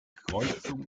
kreuzung